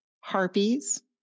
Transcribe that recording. harpies